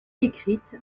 écrite